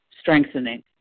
strengthening